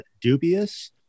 dubious